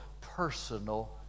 personal